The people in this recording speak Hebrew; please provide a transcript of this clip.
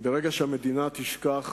ברגע שהמדינה תשכח